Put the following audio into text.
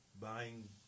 buying